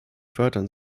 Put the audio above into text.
fördern